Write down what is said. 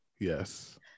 Yes